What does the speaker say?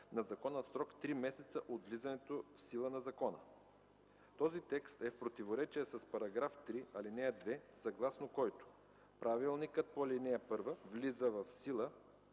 на закона в срок три месеца от влизане в сила на закона. Този текст е в противоречие с § 3, ал. 2, съгласно който правилникът по ал. 1 влиза в сила